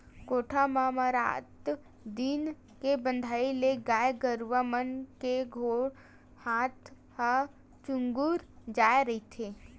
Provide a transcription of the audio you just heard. कोठा म म रात दिन के बंधाए ले गाय गरुवा मन के गोड़ हात ह चूगूर जाय रहिथे